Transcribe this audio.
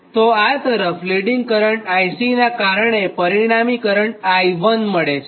તો આ તરફ લીડિંગ કરંટ IC નાં કારણે પરિણામી કરંટ I1 મળે છે